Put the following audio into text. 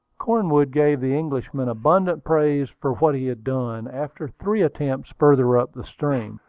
cornwood gave the englishman abundant praise for what he had done. after three attempts farther up the stream,